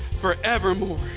forevermore